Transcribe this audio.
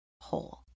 whole